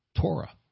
Torah